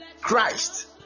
Christ